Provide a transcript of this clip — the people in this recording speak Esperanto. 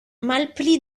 malpli